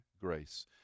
grace